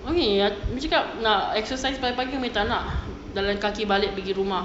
umi umi cakap nak exercise pagi-pagi umi tak nak jalan kaki balik pergi rumah